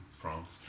France